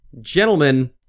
Gentlemen